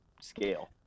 scale